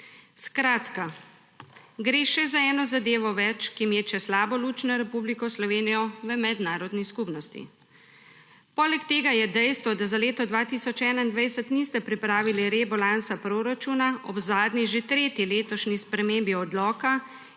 Skratka, gre še za eno zadevo več, ki meče slabo luč na Republiko Slovenijo v mednarodni skupnosti. Poleg tega je dejstvo, da za leto 2021 niste pripravili rebalansa proračuna ob zadnji, že tretji letošnji spremembi odloka